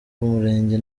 umurenge